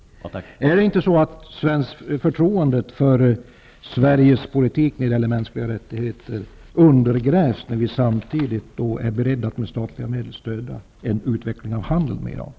Undergrävs inte förtroendet för Sveriges politik när det gäller mänskliga rät tigheter när vi samtidigt med statliga medel är beredda att understödja en utveckling av handeln med Iran?